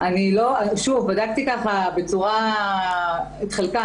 בדקתי את חלקם.